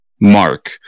Mark